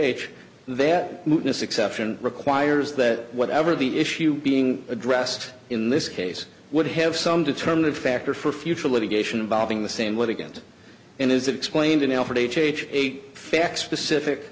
that this exception requires that whatever the issue being addressed in this case would have some determining factor for future litigation involving the same with against and as explained in alfred h h eight facts specific